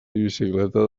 bicicleta